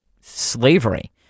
slavery